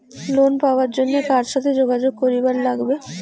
Loan পাবার জন্যে কার সাথে যোগাযোগ করিবার লাগবে?